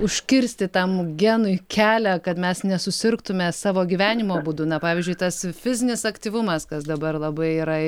užkirsti tam genui kelią kad mes nesusirgtume savo gyvenimo būdu na pavyzdžiui tas fizinis aktyvumas kas dabar labai yra